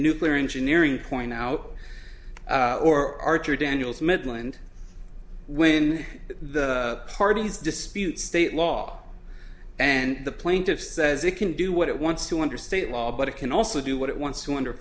nuclear engineering point out or archer daniels midland when the parties dispute state law and the plaintiffs says it can do what it wants to under state law but it can also do what it wants to under